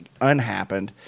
unhappened